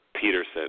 Peterson